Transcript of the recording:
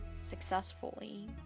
successfully